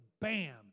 bam